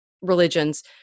religions